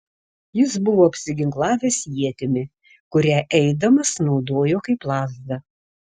jis buvo apsiginklavęs ietimi kurią eidamas naudojo kaip lazdą